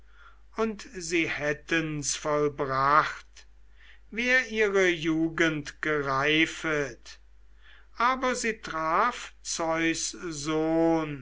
und sie hätten's vollbracht wär ihre jugend gereifet aber sie traf zeus sohn